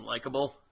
unlikable